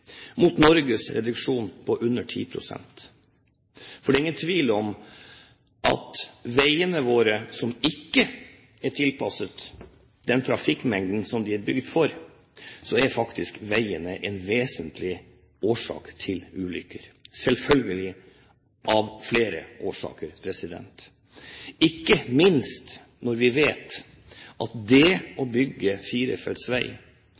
mot Norges reduksjon på under 10 pst. Det er ingen tvil om at de veiene våre som ikke er tilpasset den trafikkmengden de er bygd for, er en vesentlig årsak – av flere, selvfølgelig – til ulykker, ikke minst når vi vet at det å bygge firefelts